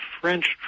French